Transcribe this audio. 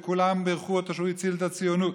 וכולם בירכו אותו שהוא הציל את הציונות,